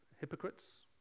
Hypocrites